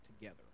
together